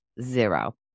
zero